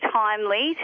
timely